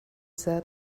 said